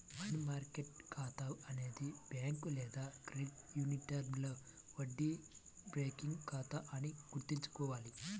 money market ఖాతా అనేది bank లేదా క్రెడిట్ యూనియన్లో వడ్డీ బేరింగ్ ఖాతా అని గుర్తుంచుకోవాలి